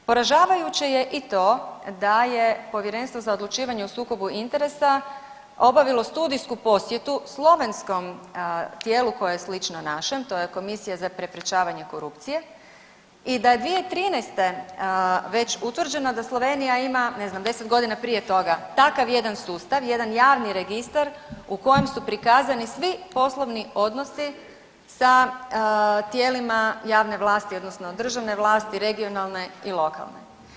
Poražavajuće je i to da je Povjerenstvo za odlučivanje u sukobu interesa obavilo studiju posjetu slovenskom tijelu koje je slično našem to je Komisija za preprečavanje korupcije i da je 2013. već utvrđeno da Slovenija ima ne znam 10 godina prije toga takav jedan sustav jedan javni registar u kojem su prikazani svi poslovni odnosi sa tijelima javne vlasti odnosno državne vlasti, regionalne i lokalne.